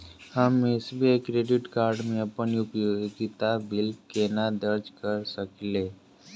हम SBI credit card मे अप्पन उपयोगिता बिल केना दर्ज करऽ सकलिये?